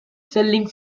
selling